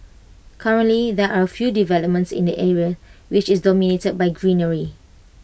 currently there are few developments in the area which is dominated by greenery